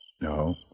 No